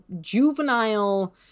juvenile –